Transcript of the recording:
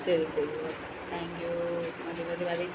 ശരി ശരി okay thank you മതി മതി മതി